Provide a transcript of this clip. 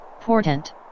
Portent